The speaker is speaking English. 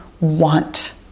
want